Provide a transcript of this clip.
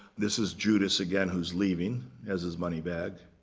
this is judas again, who's leaving has his money bag.